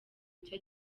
nshya